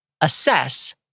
assess